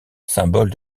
symbole